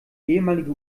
ehemalige